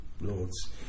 Lords